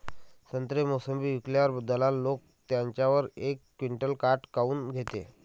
संत्रे, मोसंबी विकल्यावर दलाल लोकं त्याच्यावर एक क्विंटल काट काऊन घेते?